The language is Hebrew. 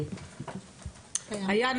היה,